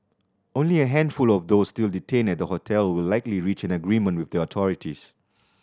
only a handful of those still detained at the hotel will likely reach an agreement with authorities